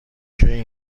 تموم